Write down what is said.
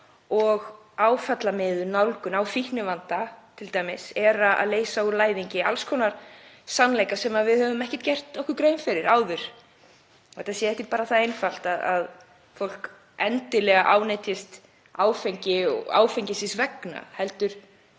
Áfallamiðuð nálgun á fíknivanda t.d. er að leysa úr læðingi alls konar sannleika sem við höfum ekki gert okkur grein fyrir áður, að þetta sé ekki bara það einfalt að fólk endilega ánetjist áfengi áfengisins vegna heldur